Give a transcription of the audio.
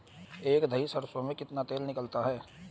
एक दही सरसों में कितना तेल निकलता है?